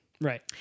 Right